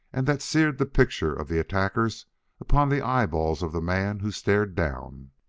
and that seared the picture of the attackers upon the eyeballs of the man who stared down.